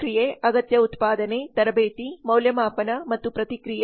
ಪ್ರಕ್ರಿಯೆ ಅಗತ್ಯ ಉತ್ಪಾದನೆ ತರಬೇತಿ ಮೌಲ್ಯಮಾಪನ ಮತ್ತು ಪ್ರತಿಕ್ರಿಯೆ